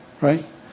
Right